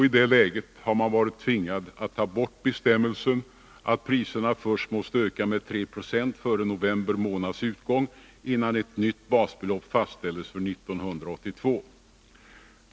I det läget har man varit tvingad att ta bort bestämmelsen att priserna först måste öka med 3 20 före november månads utgång innan ett nytt basbelopp fastställs för 1982.